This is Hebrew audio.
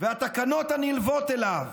והתקנות הנלוות אליו